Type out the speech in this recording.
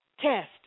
test